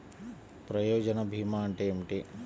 ప్రయోజన భీమా అంటే ఏమిటి?